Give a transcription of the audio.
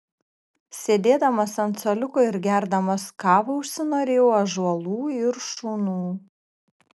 sėdėdamas ant suoliuko ir gerdamas kavą užsinorėjau ąžuolų ir šunų